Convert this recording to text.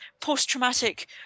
post-traumatic